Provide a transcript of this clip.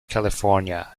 california